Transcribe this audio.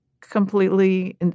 completely